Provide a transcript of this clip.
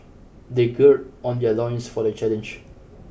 they gird on their loins for the challenge